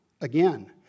again